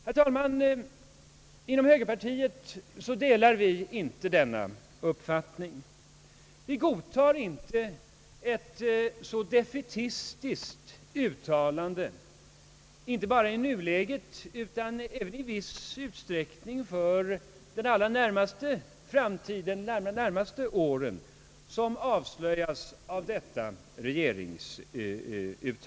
Herr talman, inom högerpartiet delar vi inte denna uppfattning. Vi godtar inte ett så defaitistiskt uttalande gällande inte bara nuläget utan även den allra närmaste framtiden, som avslöjats av denna formulering.